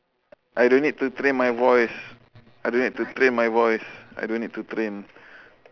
I don't need to train my voice I don't need train my voice I don't need to train